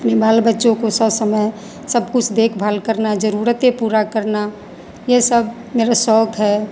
अपने बाल बच्चों को सब समय सब कुछ देखभाल करना ज़रूरतें पूरा करना ये सब मेरा शौक़ है